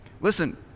Listen